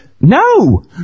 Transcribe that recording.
No